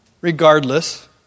regardless